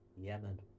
Yemen